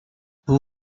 vous